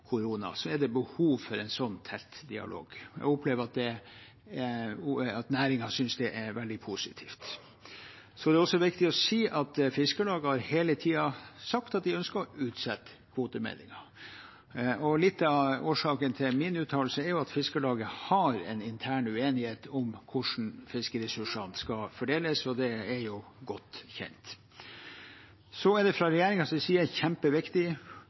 er det behov for en tett dialog. Jeg opplever at næringen synes det er veldig positivt. Det er også viktig å si at Fiskarlaget hele tiden har sagt at de ønsker å utsette kvotemeldingen. Litt av årsaken til min uttalelse er at Fiskarlaget har en intern uenighet om hvordan fiskeressursene skal fordeles, og det er jo godt kjent. Så er det fra regjeringens side kjempeviktig